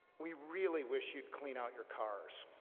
we really wish you'd clean out your cars